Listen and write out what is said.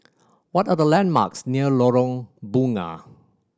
what are the landmarks near Lorong Bunga